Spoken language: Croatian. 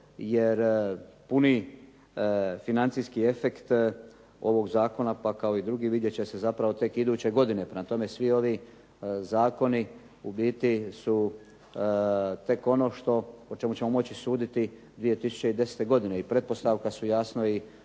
jer puni financijski efekt ovog zakona, pa kao i drugi vidjet će se zapravo tek iduće godine, prema tome svi ovi zakoni u biti su tek ono što, o čemu ćemo moći suditi 2010. godine i pretpostavka su jasno i